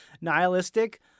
nihilistic